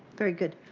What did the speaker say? very good.